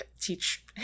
teach